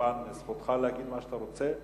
וכמובן זכותך להגיד מה שאתה רוצה.